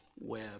web